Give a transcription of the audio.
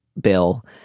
bill